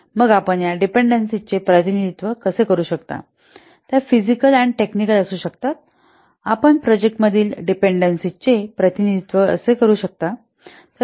तर मग आपण या डिपेन्डनसिजचे प्रतिनिधित्व कसे करू शकता त्या फिजिकल अँड टेक्निकल असू शकतात आपण प्रोजेक्टांमधील डिपेन्डनसिजचे प्रतिनिधित्व कसे करू शकता